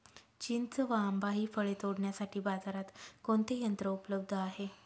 चिंच व आंबा हि फळे तोडण्यासाठी बाजारात कोणते यंत्र उपलब्ध आहे?